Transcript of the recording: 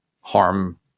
harm